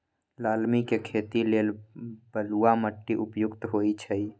लालमि के खेती लेल बलुआ माटि उपयुक्त होइ छइ